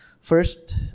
First